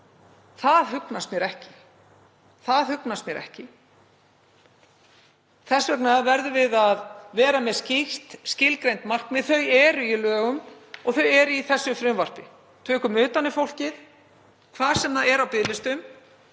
Það hugnast mér ekki. Þess vegna verðum við að vera með skýrt skilgreind markmið, þau eru í lögum og þau eru í þessu frumvarpi. Tökum utan um fólkið hvar sem það er á biðlistum,